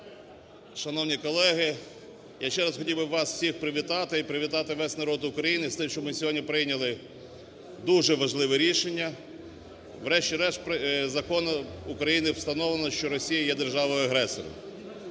Шановні колеги! Я ще раз хотів би вас привітати і привітати весь народ України з тим, що ми сьогодні прийняли дуже важливе рішення, врешті-решт, законом України встановлено, що Росія є державою-агресором.